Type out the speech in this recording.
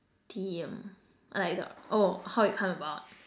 the theme like the oh how it come about